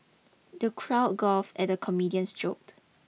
the crowd guffawed at the comedian's joke